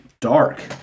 dark